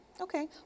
Okay